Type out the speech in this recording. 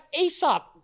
Aesop